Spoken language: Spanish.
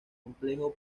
complejo